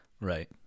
Right